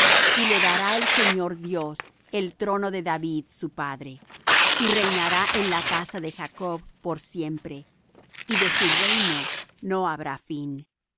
y le dará el señor dios el trono de david su padre y reinará en la casa de jacob por siempre y de su reino no habrá fin